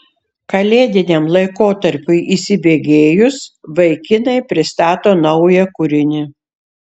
kalėdiniam laikotarpiui įsibėgėjus vaikinai pristato naują kūrinį